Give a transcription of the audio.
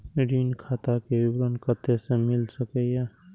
ऋण खाता के विवरण कते से मिल सकै ये?